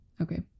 okay